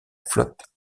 flotte